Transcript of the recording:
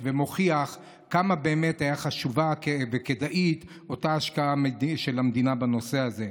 ומוכיח כמה באמת הייתה חשובה וכדאית אותה השקעה של המדינה בנושא הזה.